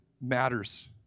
Matters